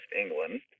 England